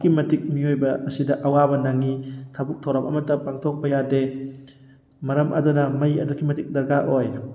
ꯑꯗꯨꯛꯀꯤ ꯃꯇꯤꯛ ꯃꯤꯑꯣꯏꯕ ꯑꯁꯤꯗ ꯑꯋꯥꯕ ꯅꯪꯉꯤ ꯊꯕꯛ ꯊꯧꯔꯝ ꯑꯃꯠꯇ ꯄꯥꯡꯊꯣꯛꯄ ꯌꯥꯗꯦ ꯃꯔꯝ ꯑꯗꯨꯅ ꯃꯩ ꯑꯗꯨꯛꯀꯤ ꯃꯇꯤꯛ ꯗꯔꯀꯥꯔ ꯑꯣꯏ